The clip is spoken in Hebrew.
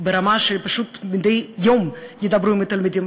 ברמה שפשוט מדי יום ידברו עם התלמידים,